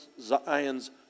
Zion's